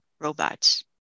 robots